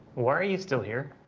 why are you still here?